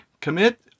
Commit